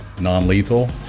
non-lethal